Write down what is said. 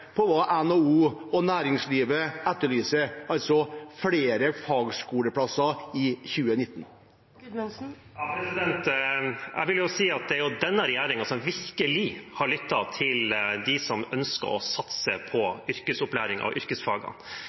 hva NHO og næringslivet etterlyser: flere fagskoleplasser i 2019? Jeg vil si at det er denne regjeringen som virkelig har lyttet til dem som ønsker å satse på yrkesopplæring og yrkesfagene,